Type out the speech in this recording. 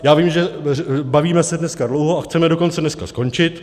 Já vím, že se bavíme dneska dlouho a chceme dokonce dneska skončit.